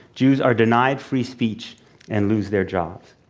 jews are denied free speech and lose their jobs.